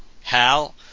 Hal